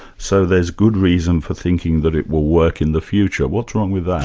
so there's good reason for thinking that it will work in the future. what's wrong with that?